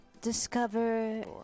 discover